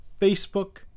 Facebook